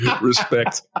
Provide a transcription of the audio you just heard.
Respect